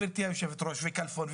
גבירתי היושב-ראש וכלפון,